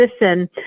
listen